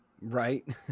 Right